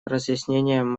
разъяснением